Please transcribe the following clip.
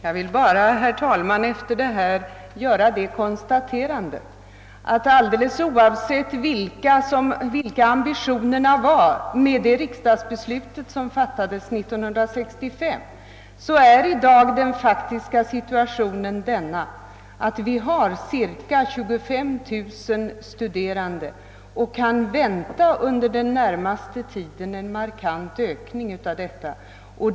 Herr talman! Efter detta vill jag bara konstatera, att alldeles oavsett vilka ambitionerna var med det riksdagsbeslut som fattades år 1965 är i dag det faktiska läget det, att vi har cirka 25 000 studerande och under den närmaste tiden kan vänta en markant ökning av antalet.